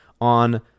on